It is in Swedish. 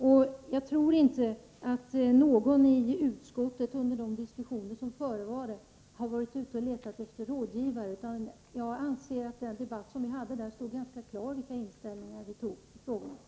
Och jag tror inte att någon i utskottet, under de diskussioner som förevarit, har varit ute och letat efter rådgivare. Jag anser att den debatt som vi haft ganska klart angett vilka inställningar vi hade i de olika frågorna.